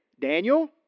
Daniel